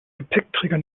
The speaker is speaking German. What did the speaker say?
gepäckträger